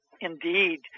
indeed